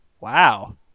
wow